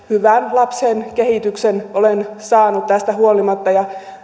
lapsen kehityksen olen saanut tästä huolimatta